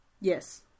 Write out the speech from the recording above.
yes